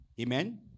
amen